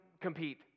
compete